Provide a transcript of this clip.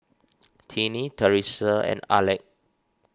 Tiny theresa and Aleck